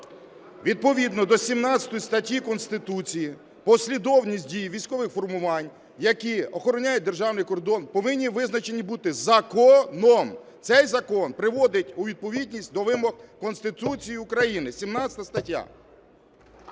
Відповідно до 17 статті Конституції, послідовність дії військових формувань, які охороняють державний кордон, повинні визначені бути законом. Цей закон приводить у відповідність до вимог Конституції України 17 стаття.